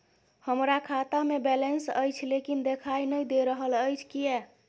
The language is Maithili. हमरा खाता में बैलेंस अएछ लेकिन देखाई नय दे रहल अएछ, किये?